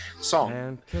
song